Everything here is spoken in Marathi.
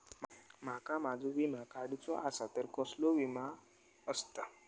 माका माझो विमा काडुचो असा तर कसलो विमा आस्ता?